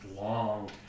long